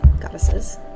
goddesses